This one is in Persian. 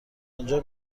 آنجا